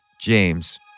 James